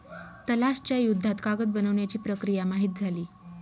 तलाश च्या युद्धात कागद बनवण्याची प्रक्रिया माहित झाली